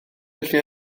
felly